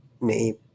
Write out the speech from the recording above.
name